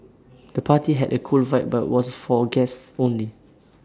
the party had A cool vibe but was for A guests only